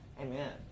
Amen